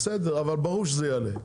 אבל ברור שזה יעלה.